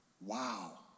wow